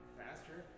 faster